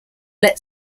let